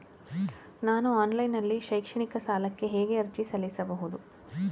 ನಾನು ಆನ್ಲೈನ್ ನಲ್ಲಿ ಶೈಕ್ಷಣಿಕ ಸಾಲಕ್ಕೆ ಹೇಗೆ ಅರ್ಜಿ ಸಲ್ಲಿಸಬಹುದು?